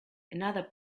another